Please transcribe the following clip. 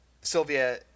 Sylvia